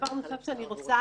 אם התחלף שר והוא רוצה